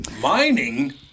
Mining